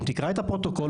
אם תקרא את הפרוטוקול,